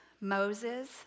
Moses